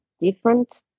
different